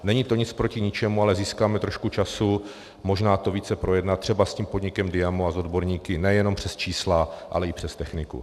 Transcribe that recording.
Není to nic proti ničemu, ale získáme trošku času možná to více projednat třeba s tím podnikem DIAMO a s odborníky nejenom přes čísla, ale i přes techniku.